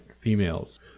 females